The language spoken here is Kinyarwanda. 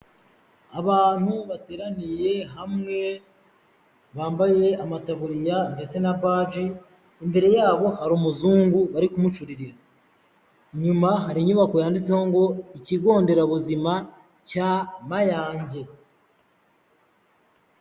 Abantu bateraniye hamwe, bambaye amataburiya ndetse na baji, imbere yabo hari umuzungu bari kumucuririra, inyuma hari inyubako yanditseho ngo ''Ikigo nderabuzima cya Mayange.''